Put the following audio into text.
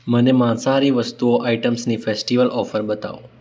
મને માંસાહારી વસ્તુઓ આઇટમ્સની ફેસ્ટિવલ ઓફર બતાવો